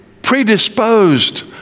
Predisposed